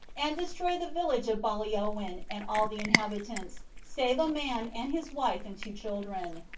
and destroyed the village of ballyowen and all the inhabitants, save a man and his wife and two children.